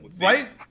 right